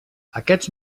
aquests